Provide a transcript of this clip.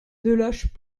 deloche